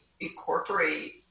incorporate